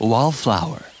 Wallflower